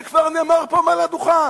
זה כבר נאמר פה מעל הדוכן.